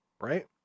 Right